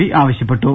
P ആവശ്യപ്പെ ട്ടു